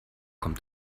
kommt